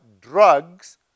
drugs